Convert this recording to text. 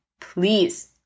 please